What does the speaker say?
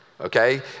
okay